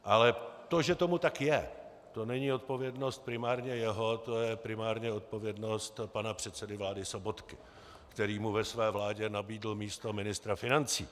Ale to, že tomu tak je, to není odpovědnost primárně jeho, to je primárně odpovědnost pana předsedy vlády Sobotky, který mu ve své vládě nabídl místo ministra financí.